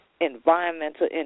environmental